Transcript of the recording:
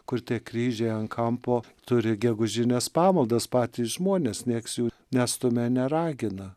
kur tie kryžiai ant kampo turi gegužines pamaldas patys žmonės niekas jų neatstumia neragina